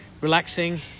relaxing